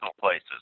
places